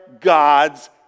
gods